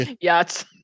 yachts